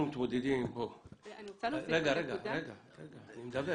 אתה מדבר